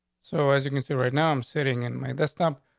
so as you can see, right now, i'm sitting in my desktop.